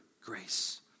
grace